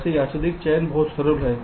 वैसे यादृच्छिक चयन बहुत सरल है